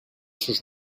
sus